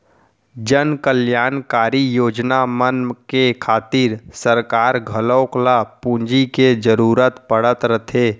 जनकल्यानकारी योजना मन के खातिर सरकार घलौक ल पूंजी के जरूरत पड़त रथे